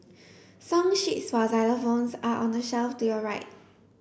song sheets for xylophones are on the shelf to your right